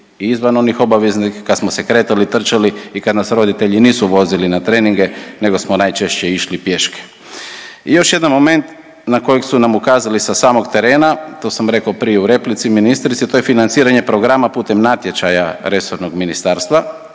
i izvan onih obaveznih, kad smo se kretali, trčali i kad na roditelji nisu vozili na treninge nego smo najčešće išli pješke. Još jedan moment na kojeg su nam ukazali sa samog terena, to sam rekao prije u replici ministrici, to je financiranje programa putem natječaja resornog ministarstva.